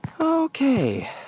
Okay